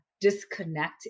disconnect